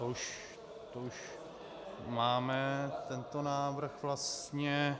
To už máme tento návrh vlastně...